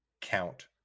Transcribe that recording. count